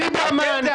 ליברמן,